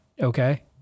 okay